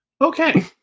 Okay